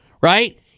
right